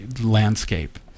landscape